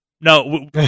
No